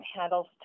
handles